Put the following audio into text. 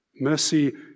Mercy